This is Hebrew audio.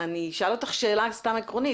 אני אשאל אותך שאלה עקרונית,